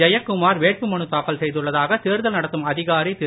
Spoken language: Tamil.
ஜெயக்குமார் வேட்பு மனு தாக்கல் செய்துள்ளதாக தேர்தல் நடத்தும் அதிகாரி திரு